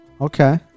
Okay